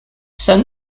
son